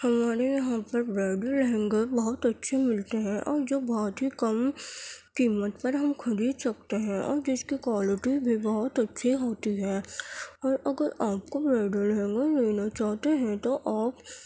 ہمارے یہاں پر بریڈل لہنگے بہت اچھے ملتے ہیں اور جو بہت ہی کم قیمت پر ہم خرید سکتے ہیں اور جس کی کوالٹی بھی بہت اچھی ہوتی ہے اور اگر آپ کو بریڈل لہنگا لینا چاہتے ہیں تو آپ